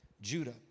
Judah